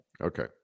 okay